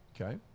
Okay